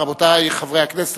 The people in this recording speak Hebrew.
רבותי חברי הכנסת,